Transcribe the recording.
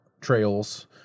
trails